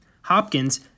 Hopkins